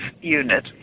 unit